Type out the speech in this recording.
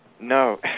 No